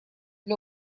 для